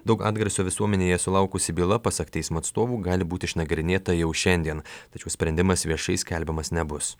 daug atgarsių visuomenėje sulaukusi byla pasak teismo atstovų gali būti išnagrinėta jau šiandien tačiau sprendimas viešai skelbiamas nebus